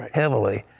heavily.